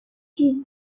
fils